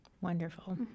Wonderful